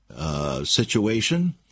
situation